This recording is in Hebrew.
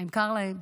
האם קר להם?